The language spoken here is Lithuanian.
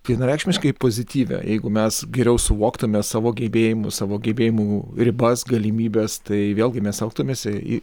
vienareikšmiškai pozityvią jeigu mes geriau suvoktume savo gebėjimus savo gebėjimų ribas galimybes tai vėlgi mes elgtumės į